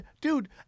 dude